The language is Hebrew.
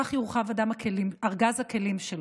כך יורחב ארגז הכלים שלו.